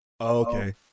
Okay